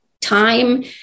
Time